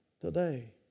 today